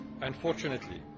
Unfortunately